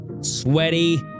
sweaty